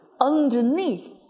underneath